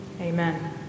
Amen